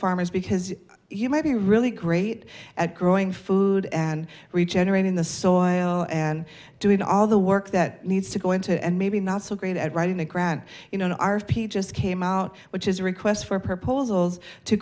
farmers because you might be really great at growing food and regenerating the soil and doing all the work that needs to go into and maybe not so great at writing a grant you know an r p g just came out which is a request for proposals to